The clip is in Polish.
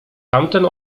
tamten